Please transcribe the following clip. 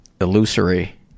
illusory